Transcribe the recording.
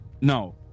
No